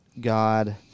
God